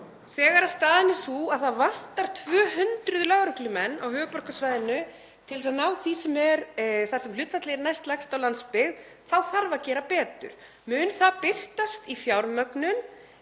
Þegar staðan er sú að það vantar 200 lögreglumenn á höfuðborgarsvæðinu til að ná hlutfallinu þar sem það er næstlægst á landsbyggðinni þá þarf að gera betur. Mun það birtast í fjármögnun